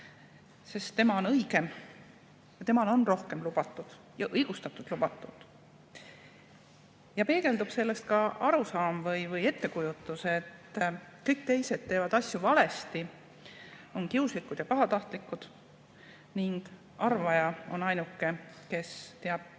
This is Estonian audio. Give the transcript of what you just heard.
tema õigus on suurem, temale on rohkem lubatud, ja õigustatult lubatud. Selles peegeldub arusaam või ettekujutus, et kõik teised teevad asju valesti, on kiuslikud ja pahatahtlikud ning arvaja on ainuke, kes teab